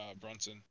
Brunson